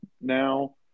now